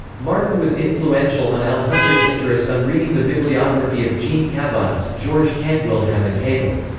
martin was influential on althusser's interest on reading the bibliography of jean cavailles, georges canguilhem and hegel.